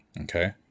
okay